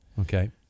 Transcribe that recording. Okay